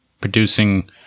producing